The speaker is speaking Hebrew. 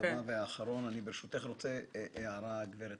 ורגולטורים אחרים